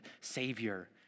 Savior